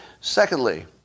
Secondly